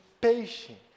patience